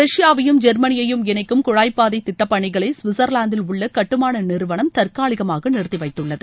ரஷ்யாவையும் ஜெர்மனியையும் இணைக்கும் குழாய்பாதை திட்டப்பணிகளை கவிட்சர்வாந்தில் உள்ள கட்டுமான நிறுவனம் தற்காலிகமாக நிறுத்தி வைத்துள்ளது